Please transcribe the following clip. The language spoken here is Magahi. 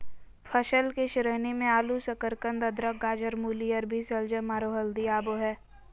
फसल के श्रेणी मे आलू, शकरकंद, अदरक, गाजर, मूली, अरबी, शलजम, आरो हल्दी आबो हय